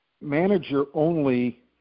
manager-only